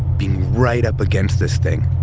being right up against this thing.